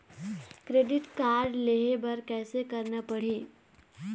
Credit card लेहे बर कैसे करना पड़ही?